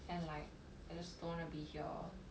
and like there's gonna be you all